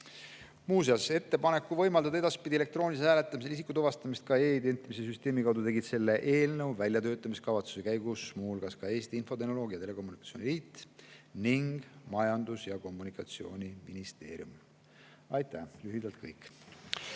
Muuseas, ettepaneku võimaldada edaspidi elektroonilisel hääletamisel isiku tuvastamist ka e-identimise süsteemi kaudu tegid selle eelnõu väljatöötamiskavatsuse käigus muu hulgas Eesti Infotehnoloogia ja Telekommunikatsiooni Liit ning Majandus- ja Kommunikatsiooniministeerium. Lühidalt kõik.